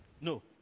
No